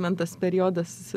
man tas periodas